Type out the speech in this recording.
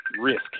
risk